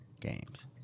games